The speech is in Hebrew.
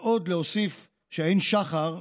ועוד אוסיף שאין שחר לאמירה,